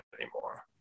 anymore